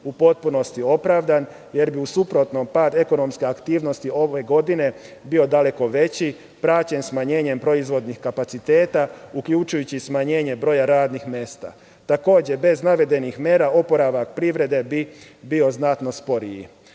u potpunosti je opravdan, jer bi u suprotnom pad ekonomske aktivnosti ove godine bio daleko veći, praćen smanjenjem proizvodnih kapaciteta, uključujući smanjenje broja radnih mesta. Takođe, bez navedenih mera oporavak privrede bi bio znatno sporiji. Kada